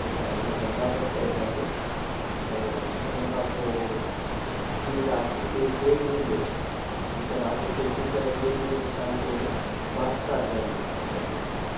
जेका हिन बदलापुर साइड आहे ऐं उनखां पोइ ॿी राति ॿिए ॿिए ॾींहं ते हिकु राति उते थी करे ॿिए ॾींहं ते तव्हांखे भातसा डैम जे पासे वठी वेंदासीं